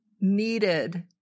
needed